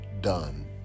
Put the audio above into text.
done